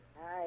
Hi